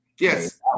Yes